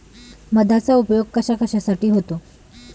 मधाचा उपयोग कशाकशासाठी होतो?